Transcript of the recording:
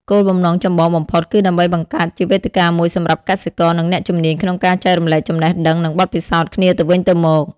គោលបំណងចម្បងបំផុតគឺដើម្បីបង្កើតជាវេទិកាមួយសម្រាប់កសិករ និងអ្នកជំនាញក្នុងការចែករំលែកចំណេះដឹង និងបទពិសោធន៍គ្នាទៅវិញទៅមក។